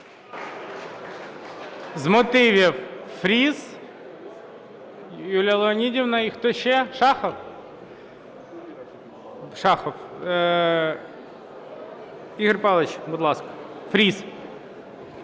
З мотивів – Фріс, Юлія Леонідівна. І хто ще? Шахов? Шахов. Ігор Павлович, будь ласка, Фріс.